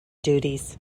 duties